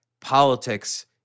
politics